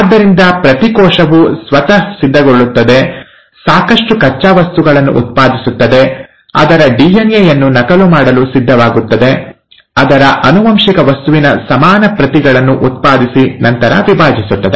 ಆದ್ದರಿಂದ ಪ್ರತಿ ಕೋಶವು ಸ್ವತಃ ಸಿದ್ಧಗೊಳ್ಳುತ್ತದೆ ಸಾಕಷ್ಟು ಕಚ್ಚಾ ವಸ್ತುಗಳನ್ನು ಉತ್ಪಾದಿಸುತ್ತದೆ ಅದರ ಡಿಎನ್ಎ ಯನ್ನು ನಕಲು ಮಾಡಲು ಸಿದ್ಧವಾಗುತ್ತದೆ ಅದರ ಆನುವಂಶಿಕ ವಸ್ತುವಿನ ಸಮಾನ ಪ್ರತಿಗಳನ್ನು ಉತ್ಪಾದಿಸಿ ನಂತರ ವಿಭಜಿಸುತ್ತದೆ